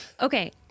Okay